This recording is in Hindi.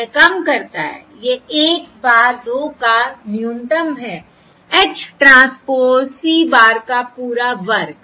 यह कम करता है यह 1 bar 2 का न्यूनतम है H ट्रांसपोज़ C bar का पूरा वर्ग